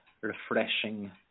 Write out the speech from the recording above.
refreshing